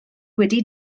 wedi